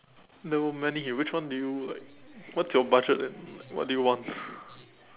there were many which one do you like what's your budget and what do you want